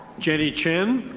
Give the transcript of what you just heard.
jenny chen.